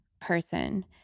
person